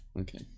Okay